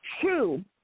True